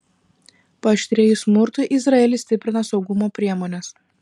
paaštrėjus smurtui izraelis stiprina saugumo priemones